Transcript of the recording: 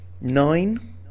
nine